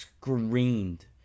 screamed